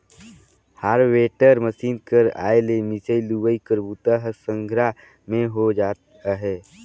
harvester machine कर आए ले मिंसई, लुवई कर बूता ह संघरा में हो जात अहे